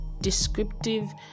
descriptive